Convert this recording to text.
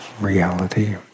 reality